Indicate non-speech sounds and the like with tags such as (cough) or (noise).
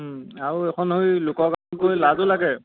আৰু এইখন সৈ (unintelligible) গৈ লাজো লাগে